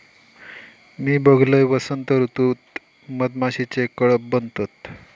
मी बघलंय, वसंत ऋतूत मधमाशीचे कळप बनतत